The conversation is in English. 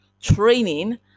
training